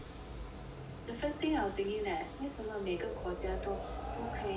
the first thing I was thinking that 为什么每个国家都不可以